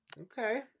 Okay